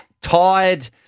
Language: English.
Tired